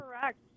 correct